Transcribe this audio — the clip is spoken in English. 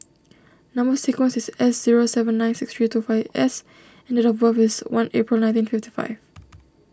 Number Sequence is S zero seven nine six three two five S and date of birth is one April nineteen fifty five